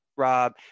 Rob